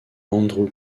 andrew